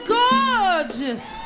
gorgeous